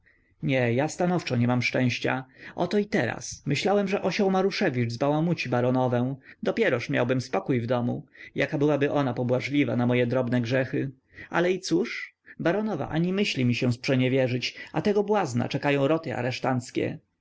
nie ja stanowczo nie mam szczęścia oto i teraz myślałem że osioł maruszewicz zbałamuci baronowę dopieroż miałbym spokój w domu jaka byłaby ona pobłażliwa na moje drobne grzechy ale i cóż baronowa ani myśli mi się sprzeniewierzyć a tego błazna czekają roty